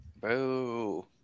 Boo